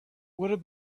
would